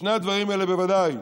בשני הדברים האלה בוודאי: